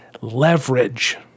leverage